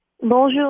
Bonjour